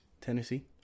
Tennessee